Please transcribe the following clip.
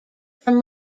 from